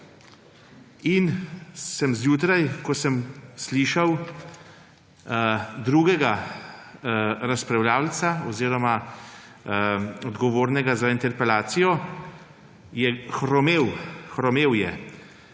In sem zjutraj, ko sem slišal drugega razpravljavca oziroma odgovornega za interpelacijo, je hromel, hromel je,